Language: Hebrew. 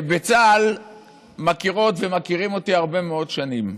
בצה"ל מכירות ומכירים אותי הרבה מאוד שנים.